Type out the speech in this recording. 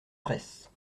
presse